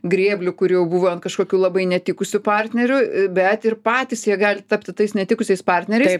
grėblių kur jau buvo ant kažkokių labai netikusių partnerių bet ir patys jie gali tapti tais netikusiais partneriais